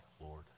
Lord